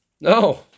No